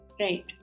Right